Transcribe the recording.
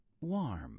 warm